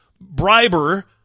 briber